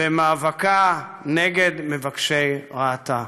במאבקה נגד מבקשי רעתה.